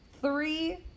three